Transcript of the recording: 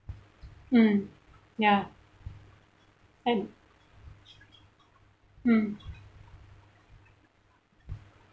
mm ya and mm